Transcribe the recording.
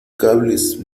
cables